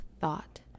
thought